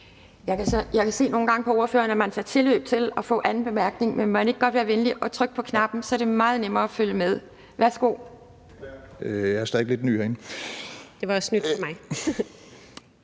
Jeg kan se nogle gange på ordførerne, at man tager tilløb til at få anden bemærkning, men vil man ikke godt være venlig at trykke på knappen, så er det meget nemmere at følge med. Værsgo.